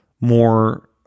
more